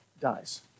dies